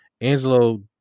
angelo